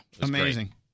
Amazing